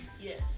Yes